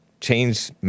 change